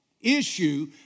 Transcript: issue